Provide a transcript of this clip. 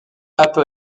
apple